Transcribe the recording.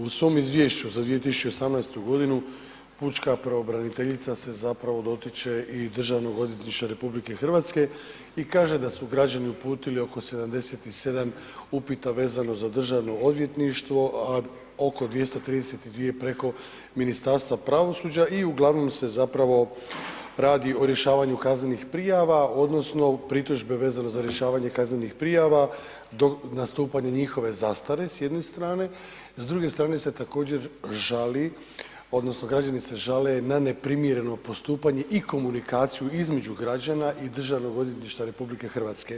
U svom izvješću za 2018. g., pučka pravobraniteljica se zapravo dotiče i Državnog odvjetništva RH i kaže da su građani uputili oko 77 upita vezano za Državno odvjetništvo a oko 232 preko Ministarstva pravosuđa uglavnom se zapravo radi o rješavanju kaznenih prijava odnosno pritužbe vezano za rješavanje kaznenih prijava do nastupanja njihove zastare s jedne strane, s druge strane se također žali odnosno građane se žale na neprimjereno postupanje i komunikaciju između građama i Državnog odvjetništva RH.